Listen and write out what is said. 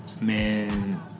man